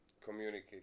communicate